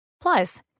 Plus